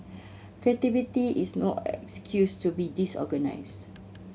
creativity is no excuse to be disorganised